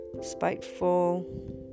spiteful